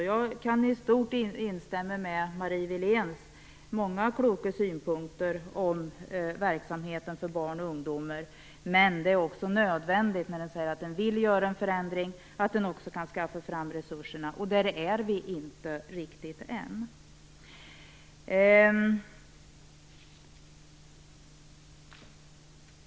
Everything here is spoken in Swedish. Jag kan i stort instämma med Marie Wiléns många kloka synpunkter om verksamheten för barn och ungdomar. Men det är också nödvändigt att man också kan skaffa fram resurserna när man säger att man vill göra en förändring. Där är vi inte riktigt än.